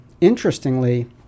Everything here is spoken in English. interestingly